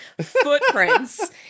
footprints